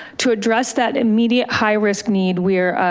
to address that immediate high risk need, we're